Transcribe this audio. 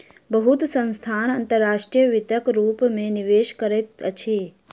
बहुत संस्थान अंतर्राष्ट्रीय वित्तक रूप में निवेश करैत अछि